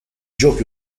gioco